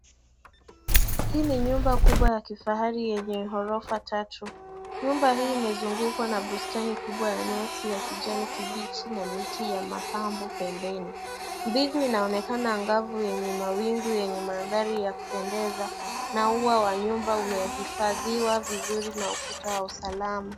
Hii ni nyumba kubwa ya kifahari yenye ghorofa tatu. Nyumba hii imezungukwa na bustani kubwa ya nyasi ya kijani kibichi na miti ya mapambo pembeni. Mbingu inaonekana angavu yenye mawingu yenye mandhari ya kupendeza na ua wa nyumba umehifadhiwa vizuri na ukuta wa usalama.